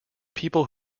people